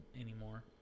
anymore